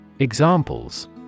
Examples